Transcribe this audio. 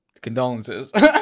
Condolences